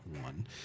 one